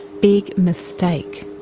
big mistake!